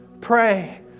pray